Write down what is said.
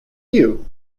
you